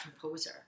composer